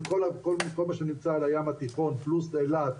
כל מה שנמצא על הים התיכון פלוס אילת,